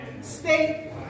state